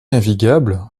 navigable